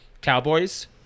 Cowboys